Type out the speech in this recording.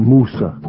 Musa